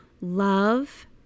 love